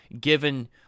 given